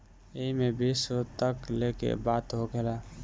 एईमे विश्व तक लेके बात होखेला